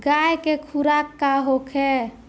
गाय के खुराक का होखे?